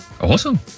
Awesome